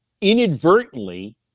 inadvertently